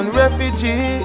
refugee